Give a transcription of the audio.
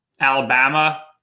Alabama